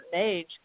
age